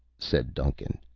said duncan,